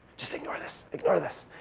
just ignore this. ignore this.